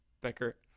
becker